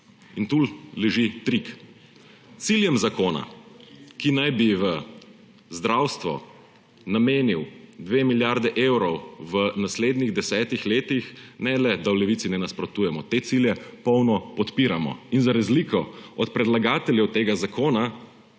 In tu leži trik. Ciljem zakona, ki naj bi v zdravstvo namenil dve milijardi evrov v naslednjih desetih letih, ne le da v Levici ne nasprotujemo, te cilje polno podpiramo. In za razliko od predlagateljev tega zakona,